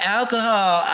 alcohol